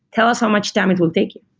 tell us how much time it will take it.